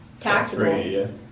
taxable